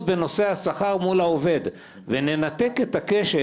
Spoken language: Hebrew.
בנושא השכר מול העובד וננתק את הקשר,